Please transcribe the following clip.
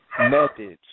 Methods